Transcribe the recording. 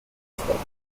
experts